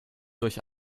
durch